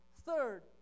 Third